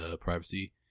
privacy